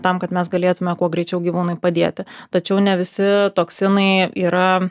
tam kad mes galėtume kuo greičiau gyvūnui padėti tačiau ne visi toksinai yra